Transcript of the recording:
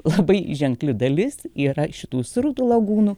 labai ženkli dalis yra šitų srutų lagūnų